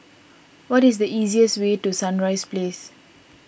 what is the easiest way to Sunrise Place